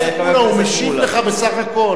חבר הכנסת מולה, הוא משיב לך בסך הכול.